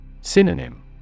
Synonym